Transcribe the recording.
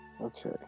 Okay